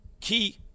Key